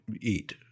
eat